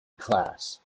class